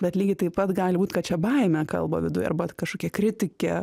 bet lygiai taip pat gali būt kad čia baimė kalba viduj arba kažkokia kritikė